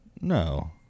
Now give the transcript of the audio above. No